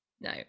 No